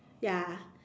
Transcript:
ya